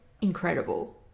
incredible